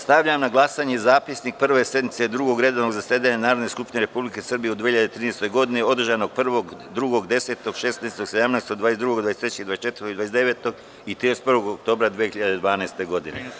Stavljam na glasanje Zapisnik Prve sednice Drugog redovnog zasedanja Narodne skupštine Republike Srbije u 2013. godini, održane 1, 2, 10, 16, 17, 22, 23, 24, 29. i 31. oktobra 2013. godine.